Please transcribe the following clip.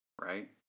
right